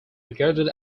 regarded